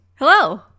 Hello